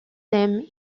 them